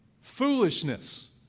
foolishness